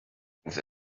science